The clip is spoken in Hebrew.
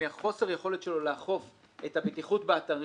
מחוסר היכולות שלו לאכוף את הבטיחות באתרים